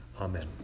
Amen